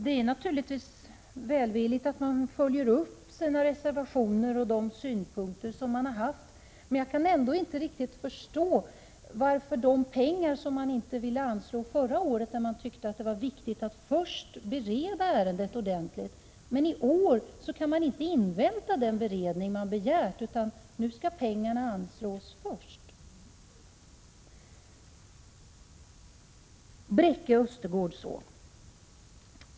Det är naturligtvis vällovligt att man följer upp sina reservationer och de synpunkter som man haft, men jag kan ändå inte riktigt förstå det hela. Förra året ville man inte anslå några pengar utan tyckte att det var viktigt att först bereda ärendet ordentligt, men i år kan man inte invänta den beredning som man har begärt utan tycker att pengar skall anslås först. Så till Bräcke Östergård.